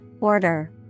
order